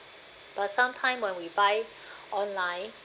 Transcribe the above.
but sometime when we buy online